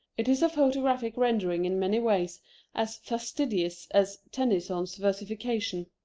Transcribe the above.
it is a photographic rendering in many ways as fastidious as tennyson's versification.